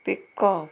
pick-up